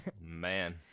Man